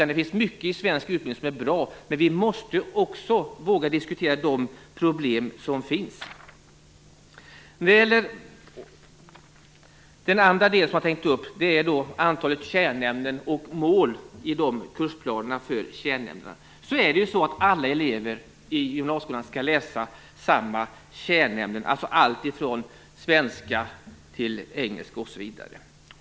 Det finns mycket i svensk utbildning som är bra, men vi måste också våga diskutera de problem som finns. En annan sak som jag tänker ta upp är antalet kärnämnen och målen i kursplanerna för kärnämnena. Alla elever i gymnasieskolan skall ju läsa samma kärnämnen, alltså svenska, engelska, osv.